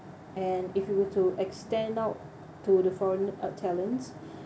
and if you were to extend out to the foreign talents